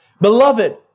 Beloved